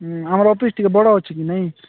ଆମର ଅଫିସ୍ ଟିକେ ବଡ଼ ଅଛି କି ନାହିଁ